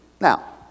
Now